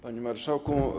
Panie Marszałku!